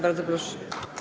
Bardzo proszę.